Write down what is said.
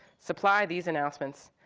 supply these announcements,